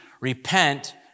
Repent